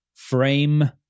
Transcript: Frame